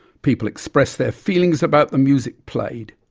people expressed their feelings about the music played.